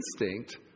instinct